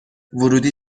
ورودی